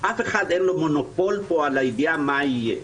לאף אחד אין מונופול פה על הידיעה מה יהיה,